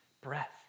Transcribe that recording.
breath